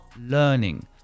learning